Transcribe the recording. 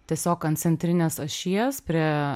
tiesiog ant centrinės ašies prie